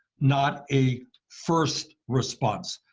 not a first response.